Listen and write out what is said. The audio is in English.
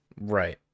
right